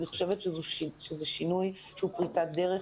אני חושבת שזה שינוי שהוא פריצת דרך